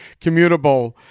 commutable